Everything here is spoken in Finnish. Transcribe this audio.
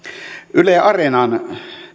yle areenan